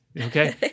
okay